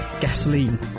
gasoline